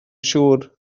siŵr